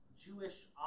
Jewish